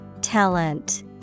Talent